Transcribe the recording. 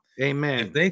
Amen